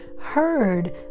heard